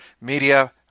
Media